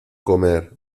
comer